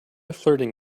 flirting